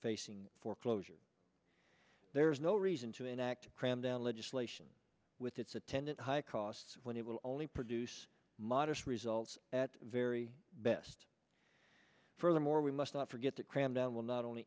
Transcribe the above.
facing foreclosure there's no reason to enact cram down legislation with its attendant high costs when it will only produce modest results at very best furthermore we must not forget the cram down will not only